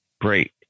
Great